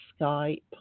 Skype